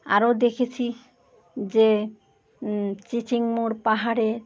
আরও দেখেছি যে চিচিং মোড় পাহাড়ে